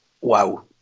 Wow